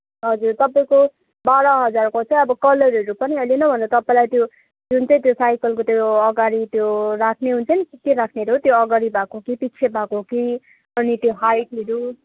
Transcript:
हजुर तपाईँको बाह्र हजारको चाहिँ अब कलरहरू पनि अहिले नै अब तपाईँलाई त्यो जुन चाहिँ त्यो साइकलको त्यो अगाडि त्यो राख्ने हुन्छ त्यो के के राख्नेहरू त्यो अगाडि भएको कि त्यो पिछे भएको कि अनि त्यो हाइटहरू